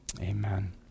amen